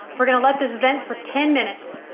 we're going to let this event for ten minutes